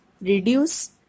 reduce